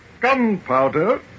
gunpowder